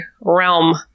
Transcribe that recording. realm